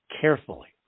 carefully